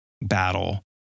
battle